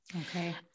Okay